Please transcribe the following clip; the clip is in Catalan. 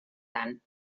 tant